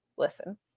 Listen